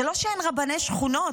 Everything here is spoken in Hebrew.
זה לא שאין רבני שכונות.